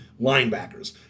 linebackers